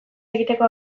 egiteko